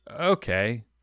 okay